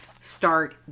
start